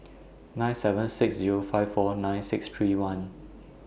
nine seven six Zero five four nine six three one